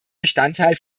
bestandteil